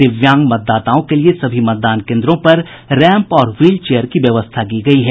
दिव्यांग मतदाताओं के लिए सभी मतदान कोन्द्रों पर रैम्प और व्हील चेयर की व्यवस्था की गयी है